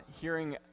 Hearing